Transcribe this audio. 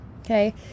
okay